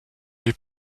les